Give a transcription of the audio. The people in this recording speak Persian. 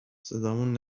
صدامون